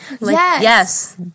yes